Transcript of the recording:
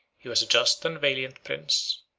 he was a just and valiant prince,